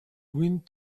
wind